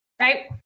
right